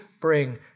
bring